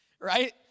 Right